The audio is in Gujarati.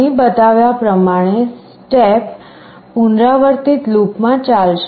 અહીં બતાવ્યા પ્રમાણે સ્ટેપ પુનરાવર્તિત લૂપમાં ચાલશે